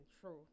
True